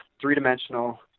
three-dimensional